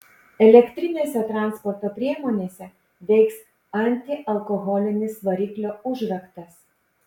elektrinėse transporto priemonėse veiks antialkoholinis variklio užraktas